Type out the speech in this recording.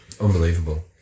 unbelievable